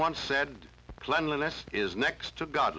one said cleanliness is next to god